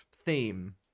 theme